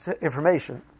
information